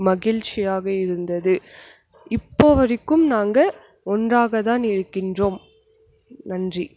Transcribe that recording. மகிழ்ச்சியாக இருந்தது இப்போ வரைக்கும் நாங்கள் ஒன்றாக தான் இருக்கின்றோம் நன்றி